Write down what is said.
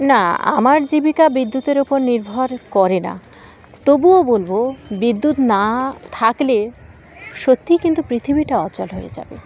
না আমার জীবিকা বিদ্যুতের ওপর নির্ভর করে না তবুও বলব বিদ্যুৎ না থাকলে সত্যিই কিন্তু পৃথিবীটা অচল হয়ে যাবে